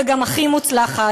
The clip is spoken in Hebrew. וגם הכי מוצלחת,